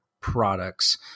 products